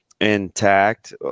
intact